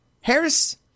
Harris